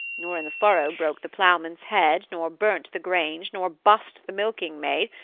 nor in the furrow broke the ploughman's head, nor burnt the grange, nor bussed the milking-maid,